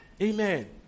Amen